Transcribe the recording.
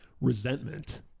resentment